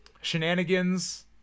shenanigans